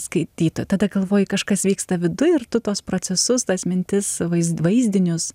skaitytą tada galvoji kažkas vyksta viduj ir tu tuos procesus tas mintis vaizd vaizdinius